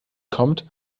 kommt